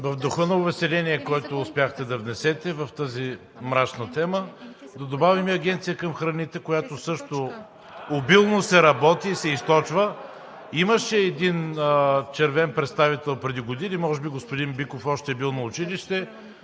В духът на увеселение, който успяхте да внесете, в тази мрачна тема, да добавим и Агенцията по храните, по която също обилно се работи и се източва. Имаше един червен представител преди години, може би господин Биков още е бил на училище,